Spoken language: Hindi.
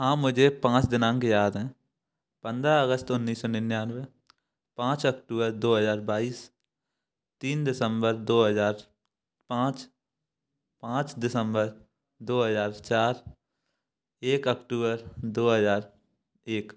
हाँ मुझे पाँच दिनांक याद हैं पंद्रह अगस्त उन्नीस सौ निन्यानवे पाँच अक्टूबर दो हजार बाईस तीन दिसम्बर दो हजार पाँच पाँच दिसम्बर दो हजार चार एक अक्टूबर दो हजार एक